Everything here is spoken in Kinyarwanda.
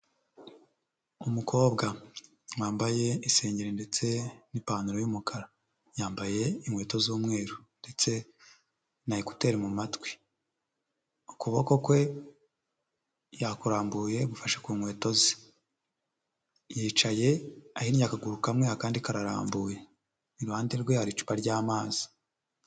Umukobwa, wambaye isengero ndetse n'ipantaro y'umukara, yambaye inkweto z'umweru ndetse na ekuteri mu matwi, ukuboko kwe yakurambuye gufashe ku nkweto ze, yicaye ahinnye akaguru kamwe akandi kararambuye, iruhande rwe hari icupa ry'amazi.